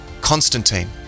Constantine